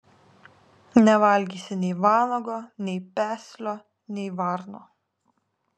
nevalgysi nei vanago nei peslio nei varno